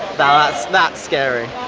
ah so that's scary.